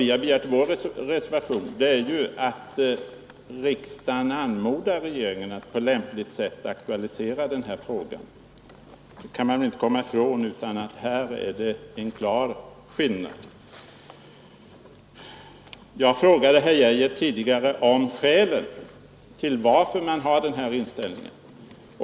Vi har i vår reservation begärt att riksdagen anmodar regeringen att på lämpligt sätt aktualisera den här frågan. Man kan inte komma ifrån att häri ligger en klar skillnad. Jag frågade herr Geijer tidigare om skälen till att man har den här inställningen.